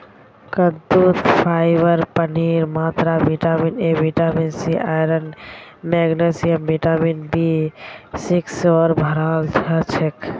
कद्दूत फाइबर पानीर मात्रा vitamin A vitamin C iron magnesium vitamin B six स भोराल हछेक